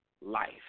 life